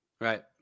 Right